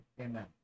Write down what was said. Amen